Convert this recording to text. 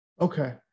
Okay